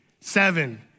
seven